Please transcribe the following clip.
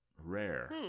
rare